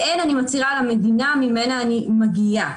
והן אני מצהירה על המדינה ממנה אני מגיעה.